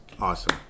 awesome